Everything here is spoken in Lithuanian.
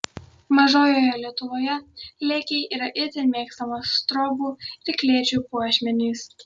mažojoje lietuvoje lėkiai yra itin mėgstamas trobų ir klėčių puošmenys